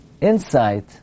insight